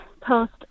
post